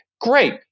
great